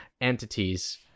entities